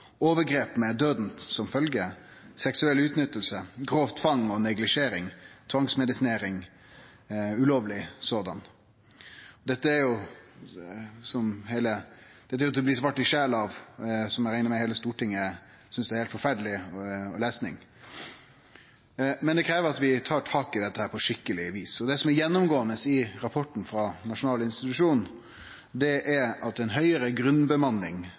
overgrep med døden som følgje, seksuell utnytting, grov tvang og neglisjering og ulovleg tvangsmedisinering. Dette er til å bli svart i sjela av, og noko eg reknar med heile Stortinget synest er heilt forferdeleg lesnad. Men det krev at vi tar tak i dette på skikkeleg vis. Det som er gjennomgåande i rapporten frå Nasjonal institusjon for menneskerettigheter, er at ei høgare grunnbemanning